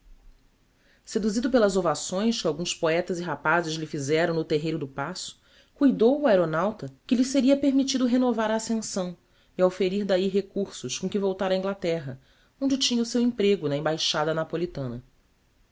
seduzido pelas ovações que alguns poetas e rapazes lhe fizeram no terreiro do paço cuidou o aeronauta que lhe seria permittido renovar a ascensão e auferir d'ahi recursos com que voltar a inglaterra onde tinha o seu emprego na embaixada napolitana